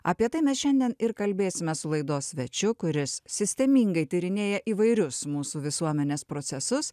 apie tai mes šiandien ir kalbėsime su laidos svečiu kuris sistemingai tyrinėja įvairius mūsų visuomenės procesus